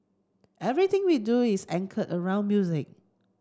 everything we do is anchored around music